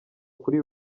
kuri